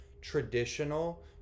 traditional